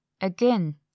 Again